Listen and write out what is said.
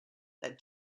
that